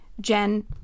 Jen